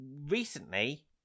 Recently